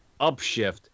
upshift